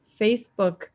Facebook